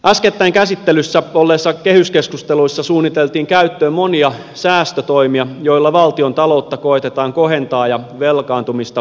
äskettäin käsittelyssä olleissa kehyskeskusteluissa suunniteltiin käyttöön monia säästötoimia joilla valtiontaloutta koetetaan kohentaa ja velkaantumista pysäyttää